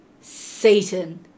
Satan